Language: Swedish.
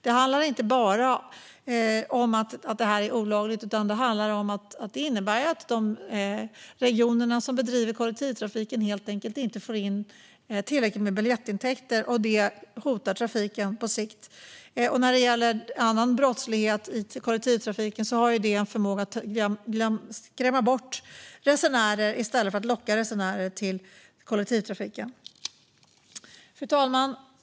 Det handlar inte bara om att det är olagligt utan om att de regioner som bedriver kollektivtrafik helt enkelt inte får in tillräckligt med biljettintäkter. Detta hotar trafiken på sikt. När det gäller annan brottslighet i kollektivtrafiken har den en förmåga att skrämma bort resenärer i stället för att locka dem till kollektivtrafiken. Fru talman!